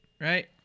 right